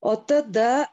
o tada